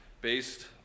based